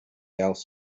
else